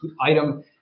item